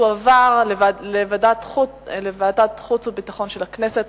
תועבר לוועדת החוץ והביטחון של הכנסת,